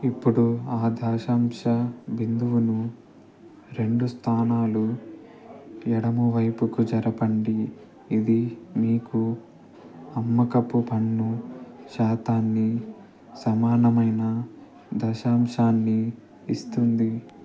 ఇప్పుడు ఆ దశాంశ బిందువును రెండు స్థానాలు ఎడమవైపుకు జరపండి ఇది మీకు అమ్మకపు పన్ను శాతాన్ని సమానమైన దశాంశాన్ని ఇస్తుంది